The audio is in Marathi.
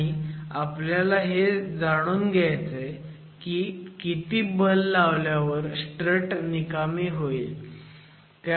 आणि आपल्याला हे जाऊन घ्यायचंय की किती बल लावल्यावर स्ट्रट निकामी होईल